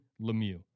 Lemieux